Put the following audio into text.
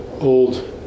old